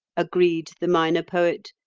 agreed the minor poet,